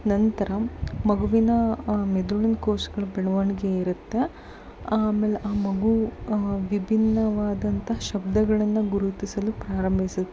ನಂತರ ಮಗುವಿನ ಮೆದುಳಿನ ಕೋಶಗಳು ಬೆಳವಣಿಗೆ ಇರುತ್ತೆ ಆಮೇಲೆ ಆ ಮಗು ವಿಭಿನ್ನವಾದಂತಹ ಶಬ್ಧಗಳನ್ನು ಗುರುತಿಸಲು ಪ್ರಾರಂಭಿಸುತ್ತೆ